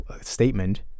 statement